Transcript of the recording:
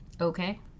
Okay